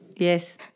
yes